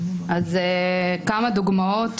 אז כמה דוגמאות